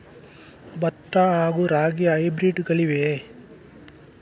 ಭತ್ತ ಹಾಗೂ ರಾಗಿಯ ಹೈಬ್ರಿಡ್ ಗಳಿವೆಯೇ?